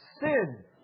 sin